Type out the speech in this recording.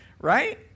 right